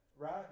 Right